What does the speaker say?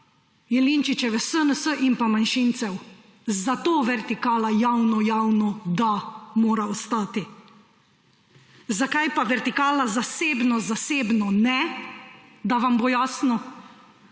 Jelinčičeve SNS in pa manjšinca, zato vertikala javno–javno da, mora ostati. Zakaj pa vertikala zasebno–zasebno ne, da vam bo jasno?